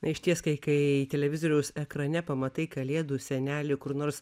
išties kai kai televizoriaus ekrane pamatai kalėdų senelį kur nors